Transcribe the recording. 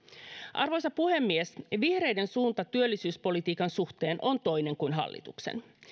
arvoisa puhemies vihreiden suunta työllisyyspolitiikan suhteen on toinen kuin hallituksen